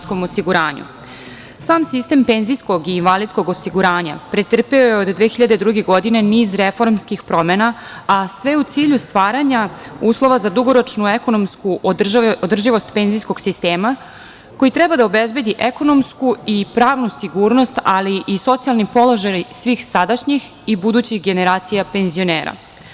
Sam sistem penzijskog i invalidskog osiguranja pretrpeo je od 2002. godine niz reformskih promena, a sve u cilju stvaranja uslova za dugoročnu ekonomsku održivost penzijskog sistema koji treba da obezbedi ekonomsku i pravnu sigurnost, ali i socijalni položaj svih sadašnjih i budućih generacija penzionera.